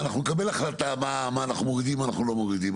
אנחנו נקבל החלטה מה אנחנו מורידים ומה אנחנו לא מורידים,